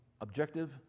objective